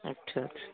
अच्छा अच्छा